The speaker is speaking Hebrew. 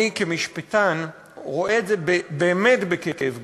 אני כמשפטן רואה את זה באמת בכאב גדול.